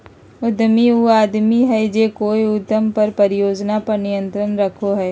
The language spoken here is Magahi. उद्यमी उ आदमी हइ जे कोय उद्यम या परियोजना पर नियंत्रण रखो हइ